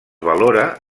valora